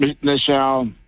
Michelle